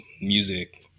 music